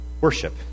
worship